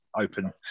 open